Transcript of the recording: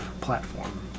platform